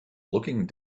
looking